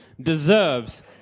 deserves